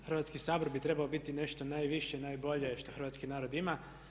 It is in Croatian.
Hrvatski sabor bi trebao biti nešto najviše, najbolje što hrvatski narod ima.